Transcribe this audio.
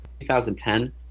2010